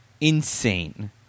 Insane